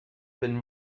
been